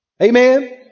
Amen